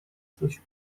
coś